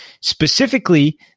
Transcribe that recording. Specifically